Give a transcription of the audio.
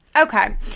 Okay